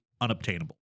unobtainable